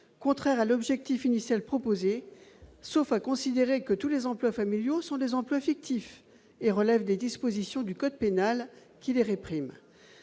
contraire à l'objectif initial proposé, sauf à considérer que tous les emplois familiaux sont des emplois fictifs et relèvent des dispositions du code pénal qui les répriment.